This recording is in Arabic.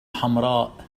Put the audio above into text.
حمراء